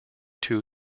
two